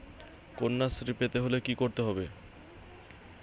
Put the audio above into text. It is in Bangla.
কন্যাশ্রী পেতে হলে কি করতে হবে?